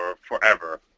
forever